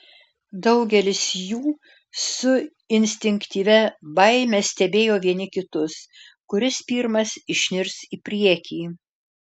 daugelis jų su instinktyvia baime stebėjo vieni kitus kuris pirmas išnirs į priekį